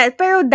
pero